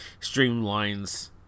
streamlines